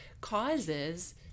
causes